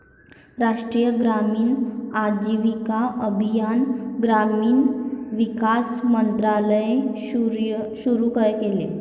राष्ट्रीय ग्रामीण आजीविका अभियान ग्रामीण विकास मंत्रालयाने सुरू केले